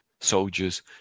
soldiers